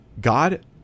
God